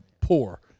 poor